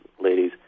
ladies